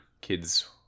kids